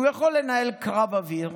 הוא יכול לנהל קרב אוויר,